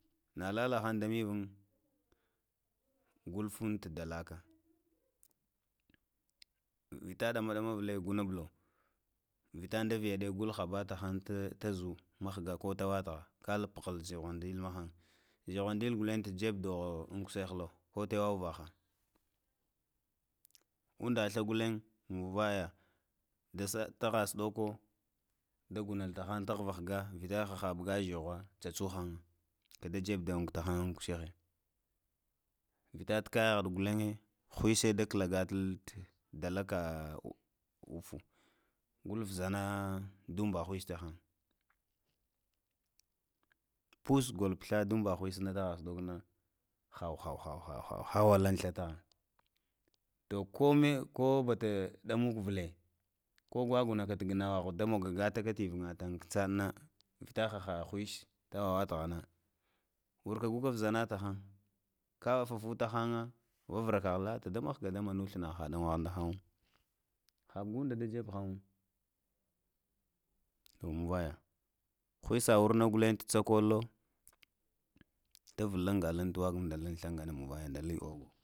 Ada lalahan ta mivun gul tun tu nda laka nvita ɗama ɗama vle guna blo vita nda viya ɗe gul haa kan nda zu ko tawa tuha kalub zhighwa ndil ma han zhighwa ndil kalen ta dzeb doho an kushen mahan ko tewa uvakha udathla kalen mavaga dasatakha sɗako da guɗal tahan ta khaga vita ah hva zhighwa tsa tsaha an da jeb don tahan unkashen vita kayahe katen hwe she da klagatahan da laka ufu gul vuzna da uba hwesh la han pus gul pla duba hwesh na taha sɗokna, haw haw hawa, lan sza tahan to ko me ko bata ɗamak vle ko gwaguna ta gnawa ha da mogo gata ta ivunga tahan, vita haha hwesh tawa tuvna, wurka wurna vzhina tahan ka fadatahan vavraka lata da mhga da muna jathlana ha ha ɗa gwaha tahan ha guda da job hanwo to muvaya, hwesa wurna gulen, ta tsakolo ta vlaga lan galun tuwa ka da lun sla tomu vaya ghwisa wurna gulen ta dzakolo ta vul nda luŋ tuwaka nlgane dau ogo